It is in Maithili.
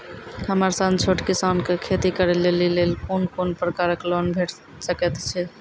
हमर सन छोट किसान कअ खेती करै लेली लेल कून कून प्रकारक लोन भेट सकैत अछि?